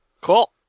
Cool